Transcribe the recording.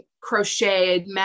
crocheted